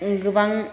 गोबां